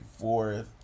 forth